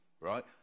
right